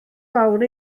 fawr